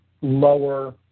lower